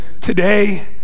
Today